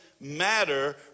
matter